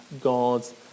God's